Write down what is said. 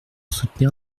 soutenir